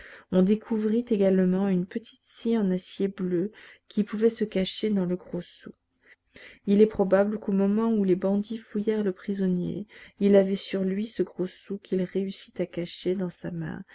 on découvrit également une petite scie en acier bleu qui pouvait se cacher dans le gros sou il est probable qu'au moment où les bandits fouillèrent le prisonnier il avait sur lui ce gros sou qu'il réussit à cacher dans sa main